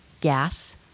gas